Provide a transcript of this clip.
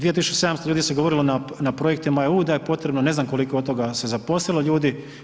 2700 ljudi se govorilo na projektima EU da je potrebno, ne znam koliko od toga se zaposlilo ljudi.